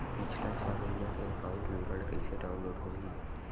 पिछला छः महीना के एकाउंट विवरण कइसे डाऊनलोड होही?